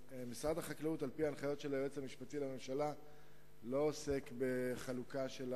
אני לא מעריך שלקראת הפסח המחירים יעלו באופן דרמטי,